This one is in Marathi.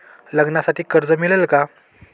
लग्नासाठी कर्ज मिळेल का?